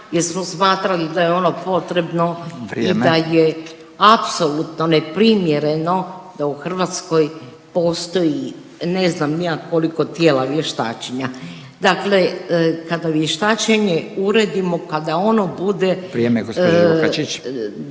potrebno …/Upadica Radin: Vrijeme./… i da je apsolutno neprimjereno da u Hrvatskoj postoji ne znam ni ja koliko tijela vještačenja. Dakle, kada vještačenje uredimo kada ono bude …/Upadica Radin: Vrijeme gospođo LUkačić./…